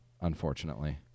Unfortunately